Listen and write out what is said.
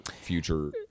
future